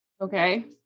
Okay